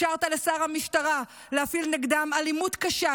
אפשרת לשר המשטרה להפעיל נגדם אלימות קשה,